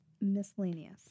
miscellaneous